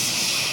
ששש.